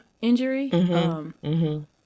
injury